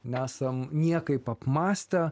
nesam niekaip apmąstę